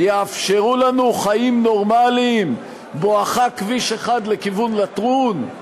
יאפשרו לנו חיים נורמליים בואכה כביש 1 לכיוון לטרון?